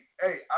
hey